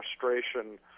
frustration